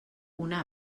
una